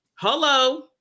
Hello